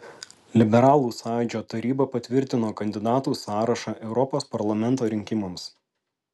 liberalų sąjūdžio taryba patvirtino kandidatų sąrašą europos parlamento rinkimams